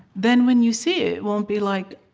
then when you see it, it won't be like,